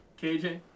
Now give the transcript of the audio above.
KJ